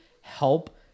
help